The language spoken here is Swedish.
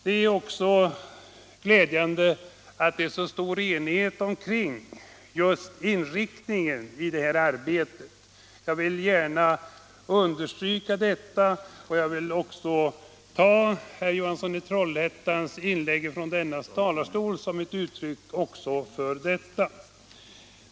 Det är också glädjande att det råder så stor enighet kring inriktningen av det här arbetet. Det vill jag gärna understryka, och jag vill också uppfatta herr Johanssons i Trollhättan inlägg från denna talarstol som ett uttryck för detta.